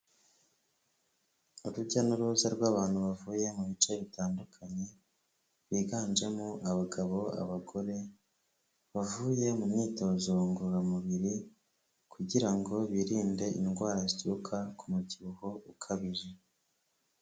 Urujya n'uruza rw'abantu bavuye mu bice bitandukanye, biganjemo abagabo n'abagore bavuye mu myitozo ngororamubiri kugira ngo birinde indwara zituruka ku mubyibuho ukabije.